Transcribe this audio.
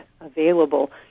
available